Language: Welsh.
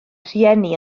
rhieni